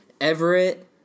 Everett